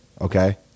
okay